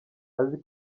azi